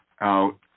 out